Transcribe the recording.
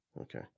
Okay